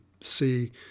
see